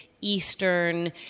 Eastern